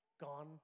gone